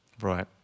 right